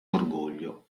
orgoglio